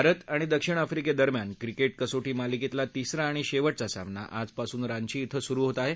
भारत आणि दक्षिण आफ्रिकेदरम्यान क्रिकेट कसोटी मालिकेतला तिसरा आणि शेवटचा सामना आजपासून रांची इथं सुरु होत आहे